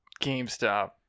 GameStop